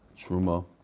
Truma